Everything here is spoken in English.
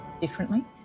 differently